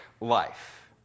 life